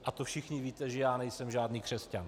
A to všichni víte, že nejsem žádný křesťan.